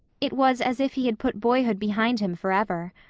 it was as if he had put boyhood behind him forever.